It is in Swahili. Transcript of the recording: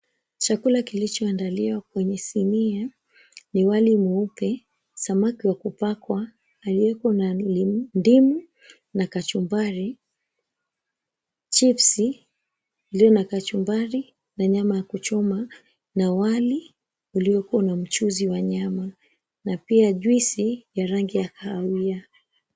Chakula kilicho adnaliwa kwenye sinia ni wali mweupe, samaki wa kupakwa alikuwa na ndimu na kachumbari chipsi ilio na kachumbari na nyama ya kuchoma na wali ulio na mchuzi wa nyama na pia juisi ya kahawia.